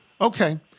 Okay